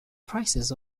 prices